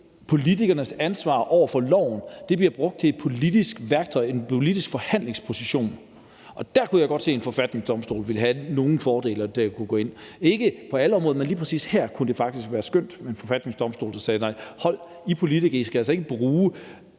politikernes ansvar over for loven bliver brugt som et politisk værktøj, en politisk forhandlingsposition. Dér kunne jeg godt se at en forfatningsdomstol ville have nogle fordele ved at kunne gå ind. Ikke på alle områder, men lige præcis her kunne det faktisk være skønt med en forfatningsdomstol, der sagde: Nej, hold! I politikere skal altså ikke bruge